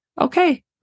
Okay